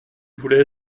voulait